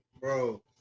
Bro